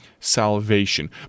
salvation